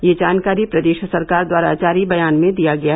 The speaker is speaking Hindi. यह जानकारी प्रदेश सरकार द्वारा जारी बयान में दी गई